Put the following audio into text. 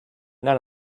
none